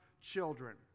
children